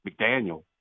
McDaniel